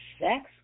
sex